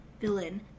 villain